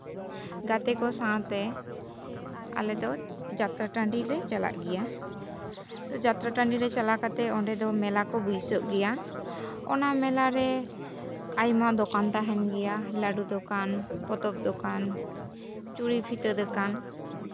ᱜᱟᱛᱮ ᱠᱚ ᱥᱟᱶᱛᱮ ᱟᱞᱮ ᱫᱚ ᱡᱟᱛᱨᱟ ᱴᱟᱺᱰᱤᱞᱮ ᱪᱟᱞᱟᱜ ᱜᱮᱭᱟ ᱡᱟᱛᱨᱟ ᱴᱟᱺᱰᱤᱨᱮ ᱪᱟᱞᱟᱣ ᱠᱟᱛᱮᱫ ᱚᱸᱰᱮ ᱫᱚ ᱢᱮᱞᱟ ᱠᱚ ᱵᱟᱹᱭᱥᱟᱹᱜ ᱜᱮᱭᱟ ᱚᱱᱟ ᱢᱮᱞᱟᱨᱮ ᱟᱭᱢᱟ ᱫᱚᱠᱟᱱ ᱛᱟᱦᱮᱱ ᱜᱮᱭᱟ ᱞᱟᱹᱰᱩ ᱫᱚᱠᱟᱱ ᱯᱚᱛᱚᱵᱽ ᱫᱚᱠᱟᱱ ᱪᱩᱲᱤ ᱯᱷᱤᱛᱟᱹ ᱫᱚᱠᱟᱱ